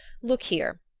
look here,